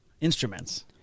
instruments